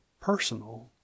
personal